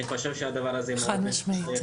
אני חושב שהדבר הזה מאוד חשוב.